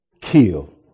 kill